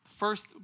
First